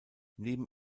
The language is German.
neben